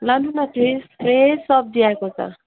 लानु न fresh fresh सब्जी आएको छ